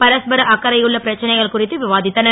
பரஸ்பர அக்கரையுள்ள பிரச்சனைகள் குறித்து விவா த்தனர்